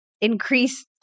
increase